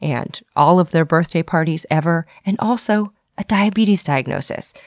and all of their birthday parties ever, and also a diabetes diagnosis.